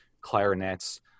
clarinets